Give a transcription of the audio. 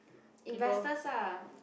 investors lah